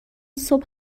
صبح